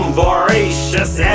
voracious